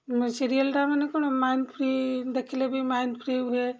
ସିରିଏଲଟା ମାନେ କ'ଣ ମାଇଣ୍ଡଫ୍ରି ଦେଖିଲେ ବି ମାଇଣ୍ଡଫ୍ରି ହୁଏ